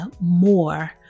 more